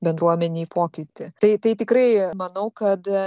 bendruomenei pokytį tai tai tikrai manau kad